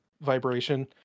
vibration